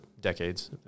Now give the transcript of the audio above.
decades